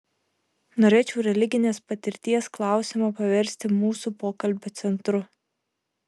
norėčiau religinės patirties klausimą paversti mūsų pokalbio centru